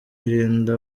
irinda